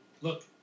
look